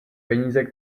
peníze